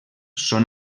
són